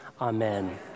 Amen